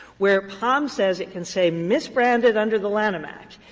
where pom said it can say misbranded under the lanham act,